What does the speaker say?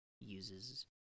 uses